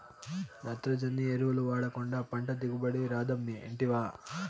నత్రజని ఎరువులు వాడకుండా పంట దిగుబడి రాదమ్మీ ఇంటివా